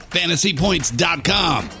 fantasypoints.com